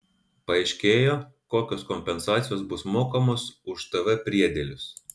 paaiškėjo kokios kompensacijos bus mokamos už tv priedėlius